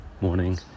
morning